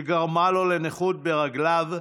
שגרמה לו לנכות ברגליו,